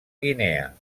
guinea